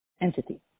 entity